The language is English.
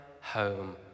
home